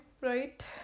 right